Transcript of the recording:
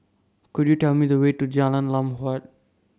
Could YOU Tell Me The Way to Jalan Lam Huat